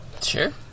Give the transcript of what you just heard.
Sure